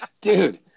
Dude